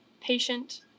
patient